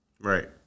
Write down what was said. Right